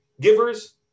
givers